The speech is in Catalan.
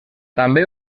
també